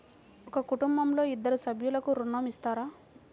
ఒక కుటుంబంలో ఇద్దరు సభ్యులకు ఋణం ఇస్తారా?